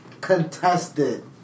contested